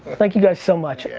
thank you guys so much.